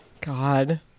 god